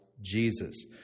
Jesus